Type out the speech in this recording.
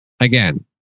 Again